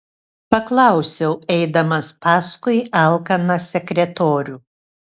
paklausiau eidamas paskui alkaną sekretorių